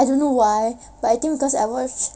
I don't know why but I think because I watch